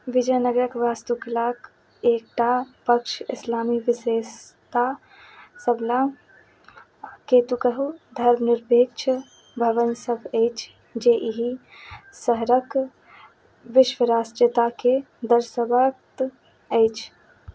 विजयनगरके वास्तुकलाके एकटा पक्ष इसलामी विशेषता सबलाश केतु कहू धर्मनिरपेक्ष भवन सब अछि जे एहि शहरके विश्वराष्ट्रीयताके दर्शबाबैत अछि